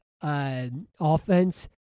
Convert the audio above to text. offense